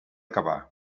cavar